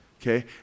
Okay